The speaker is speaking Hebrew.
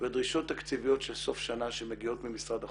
ודרישות תקציביות של סוף שנה שמגיעות ממשרד החוץ.